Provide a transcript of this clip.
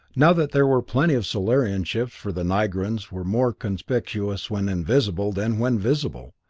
now that there were plenty of solarian ships, for the nigrans were more conspicuous when invisible than when visible.